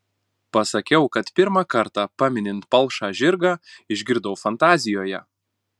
pasakiau kad pirmą kartą paminint palšą žirgą išgirdau fantazijoje